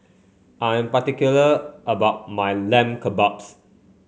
I am particular about my Lamb Kebabs